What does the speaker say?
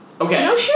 Okay